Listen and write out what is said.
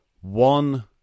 one